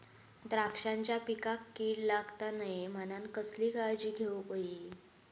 द्राक्षांच्या पिकांक कीड लागता नये म्हणान कसली काळजी घेऊक होई?